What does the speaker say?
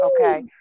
Okay